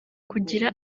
kugira